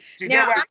Now